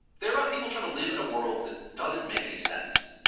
they are about people trying to live in a world that doesn't make any sense.